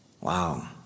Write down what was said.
Wow